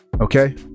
okay